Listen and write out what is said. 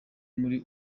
muri